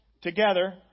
Together